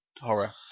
horror